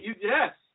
yes